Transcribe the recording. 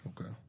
Okay